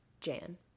Jan